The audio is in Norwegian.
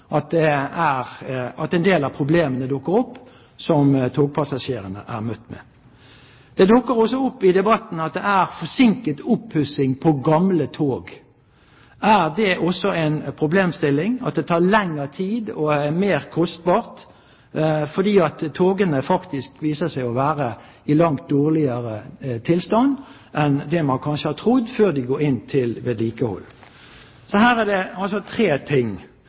er det grunnen til en del av problemene som togpassasjerene blir møtt med, dukker opp? Det dukker også opp i debatten at det er forsinket opppussing av gamle tog. Er det også en problemstilling at det tar lengre tid og er mer kostbart fordi togene faktisk viser seg å være i langt dårligere stand enn det man kanskje har trodd, før de går inn til vedlikehold? Her er det altså tre ting